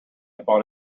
upon